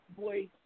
boy